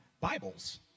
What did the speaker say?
Bibles